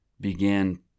began